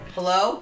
Hello